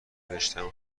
رشتهام